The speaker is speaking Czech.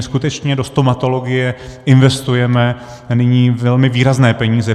My skutečně do stomatologie investujeme nyní velmi výrazné peníze.